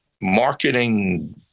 marketing